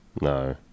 No